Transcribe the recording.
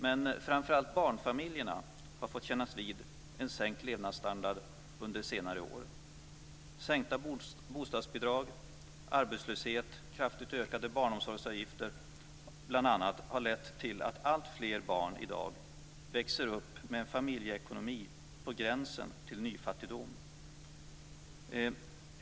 Men framför allt barnfamiljerna har under senare år fått kännas vid en sänkt levnadsstandard. Minskade bostadsbidrag liksom arbetslöshet, kraftigt ökade barnomsorgsavgifter m.m. har lett till att alltfler barn i dag växer upp i familjer med en ekonomi som är på gränsen till nyfattigdom.